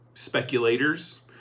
speculators